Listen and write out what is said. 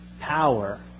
power